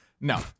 no